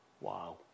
Wow